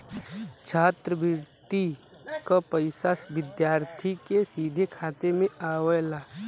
छात्रवृति क पइसा विद्यार्थी के सीधे खाते में आवला